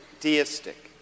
deistic